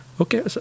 okay